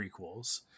prequels